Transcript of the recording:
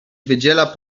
wydziela